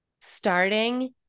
starting